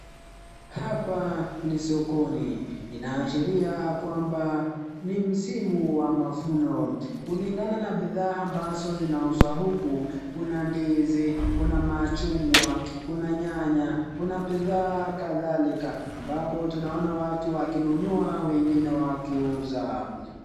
Hapa ni sokoni ,inaashilia kwamba ni msimu wa mavuno kulingana na bidhaa ambazo zinauzwa huku ,kuna ndizi ,kuna machungwa, kuna nyanya ,kuna bidhaa kadhalika ambapo tunaona watu wakinunua wengine wakiuza.